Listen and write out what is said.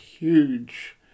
Huge